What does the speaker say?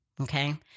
Okay